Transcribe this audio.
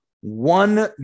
One